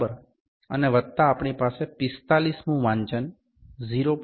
અને વત્તા આપણી પાસે 45મું વાચન 0